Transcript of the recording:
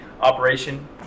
operation